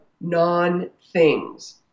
non-things